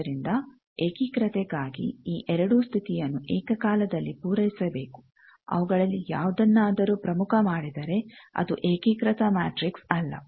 ಆದ್ದರಿಂದ ಏಕೀಕೃತೆಗಾಗಿ ಈ ಎರಡೂ ಸ್ಥಿತಿಯನ್ನು ಏಕಕಾಲದಲ್ಲಿ ಪೂರೈಸಬೇಕು ಅವುಗಳಲ್ಲಿ ಯಾವುದನ್ನಾದರೂ ಪ್ರಮುಖ ಮಾಡಿದರೆ ಅದು ಏಕೀಕೃತ ಮ್ಯಾಟ್ರಿಕ್ಸ್ ಅಲ್ಲ